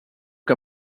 que